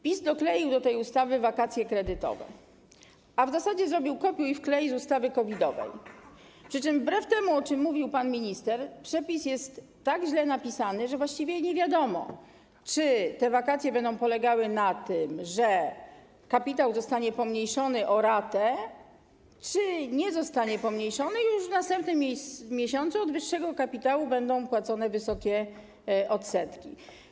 PiS dokleił do tej ustawy wakacje kredytowe, a w zasadzie zrobił kopiuj-wklej z ustawy COVID-owej, przy czym wbrew temu, o czym mówił pan minister, przepis jest tak źle napisany, że właściwie nie wiadomo, czy te wakacje będą polegały na tym, że kapitał zostanie pomniejszony o ratę czy nie zostanie pomniejszony, i już w następnym miesiącu od wyższego kapitału będą płacone wysokie odsetki.